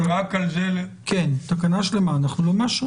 זאת תקנה שלמה שאנחנו לא מאשרים.